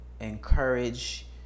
encourage